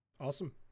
Awesome